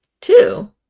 Two